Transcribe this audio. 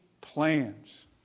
plans